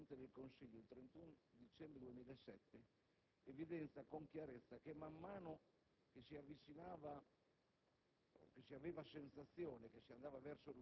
La relazione commissariale inviata al Presidente del Consiglio il 31 dicembre 2007 evidenzia con chiarezza che man mano che si aveva